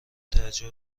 تعجب